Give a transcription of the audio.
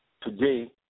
today